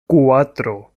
cuatro